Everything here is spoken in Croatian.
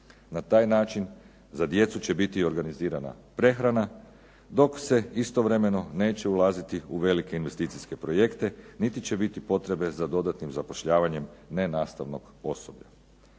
Na taj način za djecu će biti organizirana prehrana, dok se istovremeno neće ulaziti u velike investicijske projekte niti će biti potrebe za dodatnim zapošljavanjem nenastavnog osoblja.